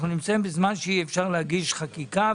אנחנו נמצאים בזמן שאי אפשר להגיש חקיקה.